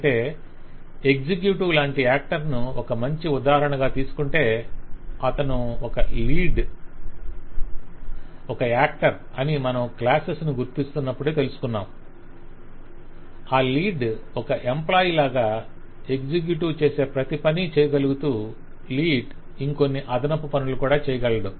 అంటే ఎగ్జిక్యూటివ్ లాంటి యాక్టర్ ను ఒక మంచి ఉదాహరణగా తీసుకొంటే అతను ఒక లీడ్ ఒక యాక్టర్ అని మనం క్లాసెస్ ను గుర్తిస్తునప్పుడే తెలుసుకొన్నాము ఆ లీడ్ ఒక ఎంప్లాయ్ లాగా ఎగ్జిక్యూటివ్ చేసే ప్రతి పని చేయగలుగుతూ లీడ్ ఇంకొన్ని అదనపు పనులు కూడా చేయగలడు